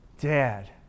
dad